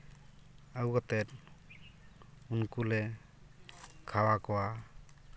ᱟᱹᱜᱩ ᱠᱟᱛᱮᱫ ᱩᱱᱠᱩᱞᱮ ᱠᱷᱟᱣᱟ ᱠᱚᱣᱟ